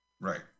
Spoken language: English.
Right